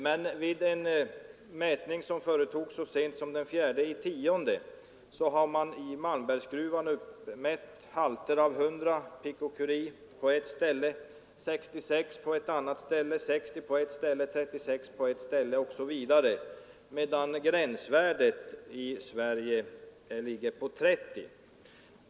Men vid en mätning som företogs så sent som den 4 oktober i år har i Malmbergsgruvan uppmätts halter av 100 pikocurie, på ett ställe 66, på ett annat 60, på ett tredje 36 osv., medan gränsvärdet i Sverige ligger på 30.